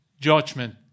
Judgment